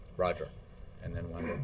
roger and then wendell.